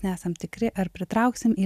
nesam tikri ar pritrauksim į